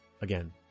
Again